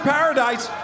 Paradise